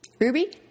Ruby